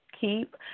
Keep